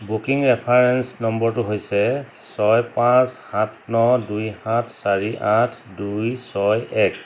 booking reference নম্বৰটো হৈছে ছয় পাঁচ সাত ন দুই সাত চাৰি আঠ দুই ছয় এক